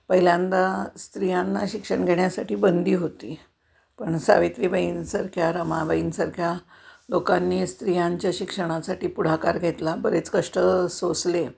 पहिल्यांदा स्त्रियांना शिक्षण घेण्यासाठी बंदी होती पण सावित्रीबाईंसारख्या रमाबाईंसारख्या लोकांनी स्त्रियांच्या शिक्षणासाठी पुढाकार घेतला बरेच कष्ट सोसले